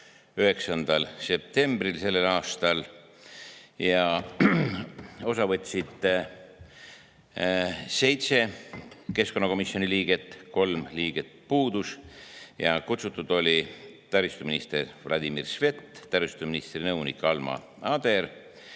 9. septembril sellel aastal. Osa võttis seitse keskkonnakomisjoni liiget, kolm liiget puudus. Kutsutud olid taristuminister Vladimir Svet, taristuministri nõunik Alina Ader,